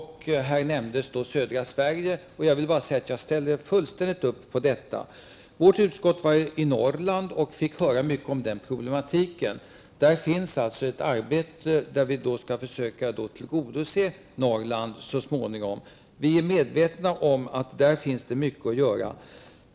Här nämndes södra Sverige som ett exempel, och jag ställer mig helt bakom detta. Socialutskottets ledamöter har varit i Norrland, där vi fick höra mycket om denna problematik. Vi arbetar på att så småningom försöka tillgodose Norrlands behov. Vi är medvetna om att det där finns mycket att göra.